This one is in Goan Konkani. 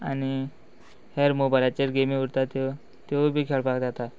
आनी हेर मोबायलाचेर गेमी उरता त्यो त्योय बी खेळपाक जाता